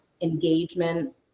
engagement